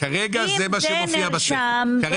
כרגע זה מה שמופיע בספר.